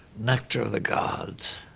nectar of the gods.